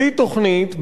בלי תוכנית,